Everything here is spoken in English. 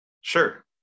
Sure